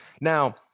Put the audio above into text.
Now